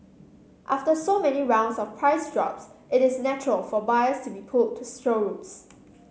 after so many rounds of price drops it is natural for buyers to be pulled to showrooms